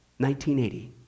1980